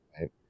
Right